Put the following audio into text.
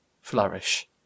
flourish